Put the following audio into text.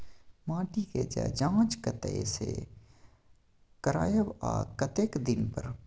माटी के ज जॉंच कतय से करायब आ कतेक दिन पर?